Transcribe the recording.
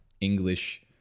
English